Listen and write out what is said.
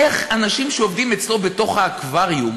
איך האנשים שעובדים אצלו בתוך האקווריום